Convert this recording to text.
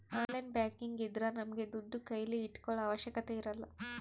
online banking ಇದ್ರ ನಮ್ಗೆ ದುಡ್ಡು ಕೈಲಿ ಇಟ್ಕೊಳೋ ಅವಶ್ಯಕತೆ ಇರಲ್ಲ